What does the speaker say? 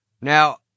Now